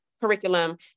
curriculum